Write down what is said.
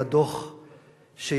על הדוח שיצא,